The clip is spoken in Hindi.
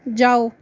जाओ